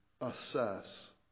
assess